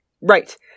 right